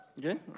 Good